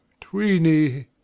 tweeny